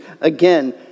Again